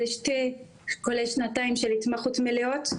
כולל שנתיים של התמחות מלאות,